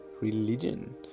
religion